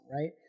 right